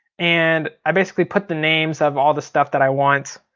and i basically put the names of all the stuff that i want.